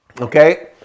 Okay